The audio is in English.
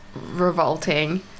revolting